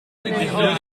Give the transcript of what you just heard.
het